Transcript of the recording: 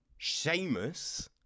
Seamus